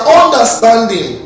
understanding